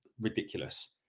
ridiculous